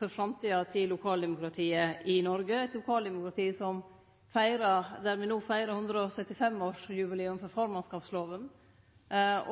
for framtida til lokaldemokratiet i Noreg, eit lokaldemokrati der me no feirar 175-årsjubileum for formannskapslovene,